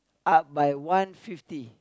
up by one fifty